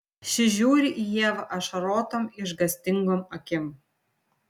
ši žiūri į ievą ašarotom išgąstingom akim